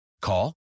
Call